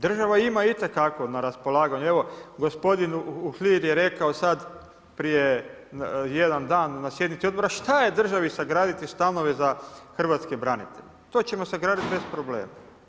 Država ima itekako na raspolaganju, evo gospodin Uhlir je rekao sad prije jedan dan na sjednici odbora šta je državi sagraditi stanove za hrvatske branitelje, to ćemo sagraditi bez problema.